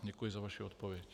Děkuji za vaši odpověď.